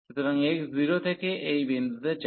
সুতরাং x 0 থেকে এই বিন্দুতে যায়